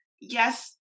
yes